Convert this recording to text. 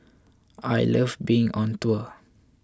I love being on tour